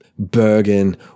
bergen